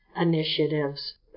initiatives